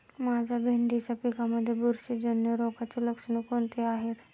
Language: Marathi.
माझ्या भेंडीच्या पिकामध्ये बुरशीजन्य रोगाची लक्षणे कोणती आहेत?